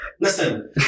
Listen